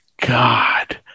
God